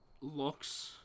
looks